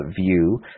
view